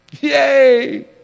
Yay